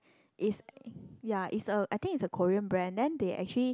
is ya is a I think is a Korean brand then they actually